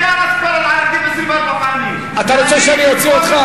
מי הרס, אל-עראקיב, אתה רוצה שאני אוציא אותך?